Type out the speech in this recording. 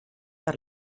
per